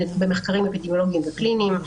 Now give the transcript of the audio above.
במחקרים אפידמיולוגיים וקליניים.